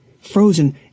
frozen